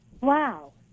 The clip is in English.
wow